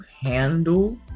handle